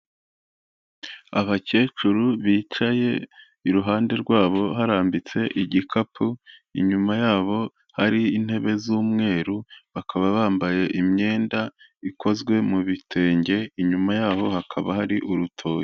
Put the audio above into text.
Abakecuru bicaye iruhande rwabo harambitse igikapu, inyuma yabo hari intebe z'umweru, bakaba bambaye imyenda ikozwe mu bitenge, inyuma yabo hakaba hari urutoki.